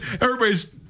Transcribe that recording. everybody's